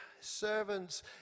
servants